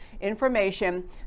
information